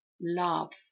love